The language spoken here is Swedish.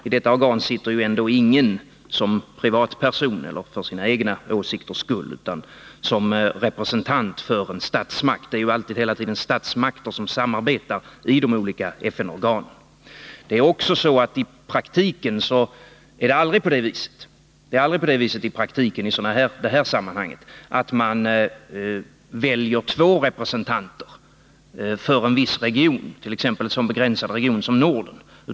I detta organ sitter ju ändå ingen som privatperson, eller för sina egna åsikters skull, utan var och en sitter där som representant för en statsmakt. Det är ju hela tiden statsmakter som samarbetar i de olika FN-organen. I detta sammanhang är det i praktiken aldrig på det sättet att man väljer två personer för en viss region, t.ex. en begränsad region som Norden.